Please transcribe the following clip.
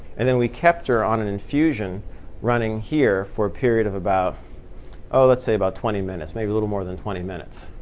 and then we kept her on an infusion running here for a period of about oh, let's say about twenty minutes maybe a little more than twenty minutes.